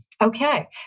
Okay